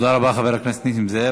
תודה רבה, חבר הכנסת נסים זאב.